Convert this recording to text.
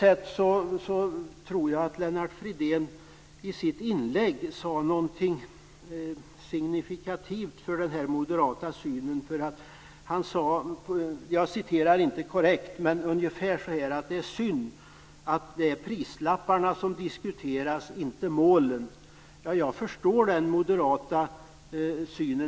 Jag tror att Lennart Fridén i sitt inlägg sade något som är signifikativt för den moderata synen i detta sammanhang. Han sade ungefär så här: Det är synd att det är prislapparna, inte målen, som diskuteras. Jag förstår den moderata synen.